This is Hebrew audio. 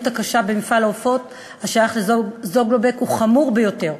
הקשה במפעל העופות השייך ל"זוגלובק" הוא חמור ביותר.